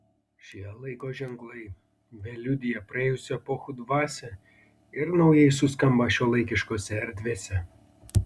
šie laiko ženklai vėl liudija praėjusių epochų dvasią ir naujai suskamba šiuolaikiškose erdvėse